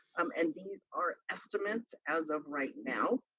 um and these are estimates as of right now.